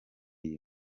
iyi